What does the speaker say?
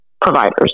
providers